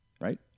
right